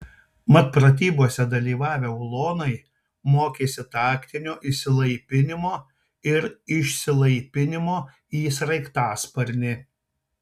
mat pratybose dalyvavę ulonai mokėsi taktinio įsilaipinimo ir išsilaipinimo į sraigtasparnį